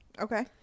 Okay